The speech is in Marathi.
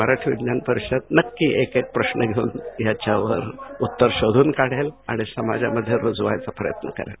मराठी विज्ञान परिषद नक्की एक एक प्रश्न घेऊन याच्यावर उत्तर शोधून काढेल आणि समाजामध्ये रुजवायचा प्रयत्न करेल